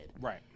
right